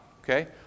Okay